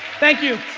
thank you.